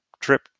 trip